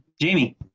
Jamie